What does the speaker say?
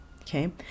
okay